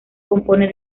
compone